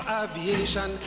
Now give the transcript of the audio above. aviation